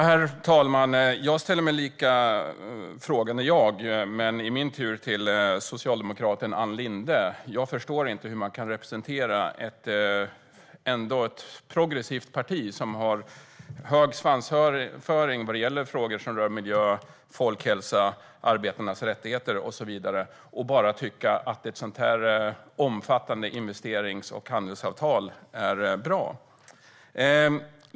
Herr talman! Jag ställer mig i min tur lika frågande till socialdemokraten Ann Linde. Jag förstår inte hur man kan representera ett parti som är progressivt och som har hög svansföring i frågor som rör miljö, folkhälsa, arbetarnas rättigheter och så vidare och tycka att ett sådant här omfattande investerings och handelsavtal bara är bra.